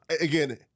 again